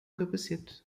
capacete